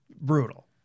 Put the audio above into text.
Brutal